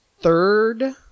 third